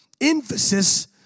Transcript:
emphasis